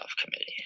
committee